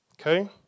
Okay